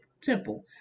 temple